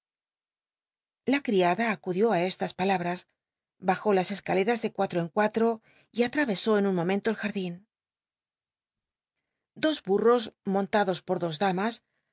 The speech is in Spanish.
la cl'iada acudió ü estas alabras hajú las escaleras de cuaho en cuatro y ahaeoú en un mo mento el jadin dos damas